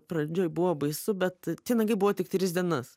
pradžioj buvo baisu bet tie nagai buvo tik tris dienas